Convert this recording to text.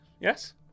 yes